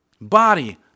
Body